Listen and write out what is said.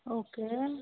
okay